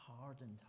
hardened